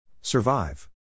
Survive